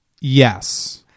yes